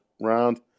round